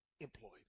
employed